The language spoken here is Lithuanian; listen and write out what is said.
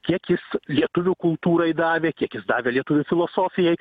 kiek jis lietuvių kultūrai davė kiek jis davė lietuvių filosofijai